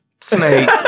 snake